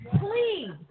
please